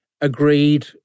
agreed